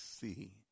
see